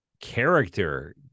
character